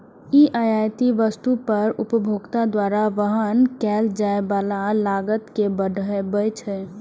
ई आयातित वस्तु पर उपभोक्ता द्वारा वहन कैल जाइ बला लागत कें बढ़बै छै